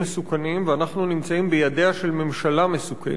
מסוכנים ואנחנו נמצאים בידיה של ממשלה מסוכנת.